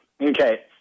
okay